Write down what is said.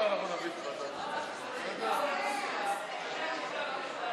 הצעת החוק הוסרה מסדר-יומה של הכנסת.